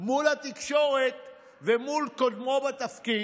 מול התקשורת ומול קודמו בתפקיד,